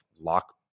lock